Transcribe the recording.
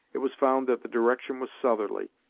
it was found that the direction was southerly,